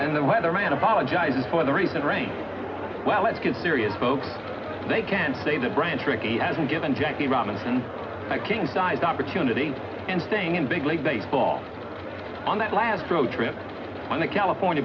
in the weather man apologizes for the recent rain well let's get serious folks they can stay the branch rickey hasn't given jackie robinson a king sized opportunity and staying in big league baseball on that last road trip on the california